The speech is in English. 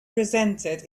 presented